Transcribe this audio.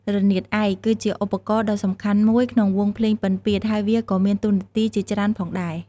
រនាតឯក គឺជាឧបករណ៍ដ៏សំខាន់មួយក្នុងវង់ភ្លេងពិណពាទ្យ ហើយវាក៏មានតួនាទីជាច្រើនផងដែរ។